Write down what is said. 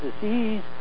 disease